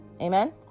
Amen